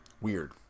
Weird